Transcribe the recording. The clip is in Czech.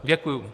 Děkuji.